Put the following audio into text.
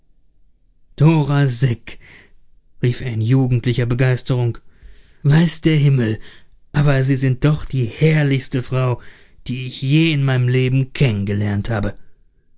dora syk rief er in jugendlicher begeisterung weiß der himmel aber sie sind doch die herrlichste frau die ich je in meinem leben kennen gelernt habe